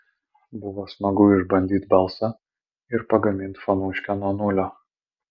buvo smagu išbandyt balsą ir pagamint fonuškę nuo nulio